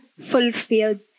fulfilled